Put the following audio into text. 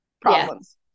problems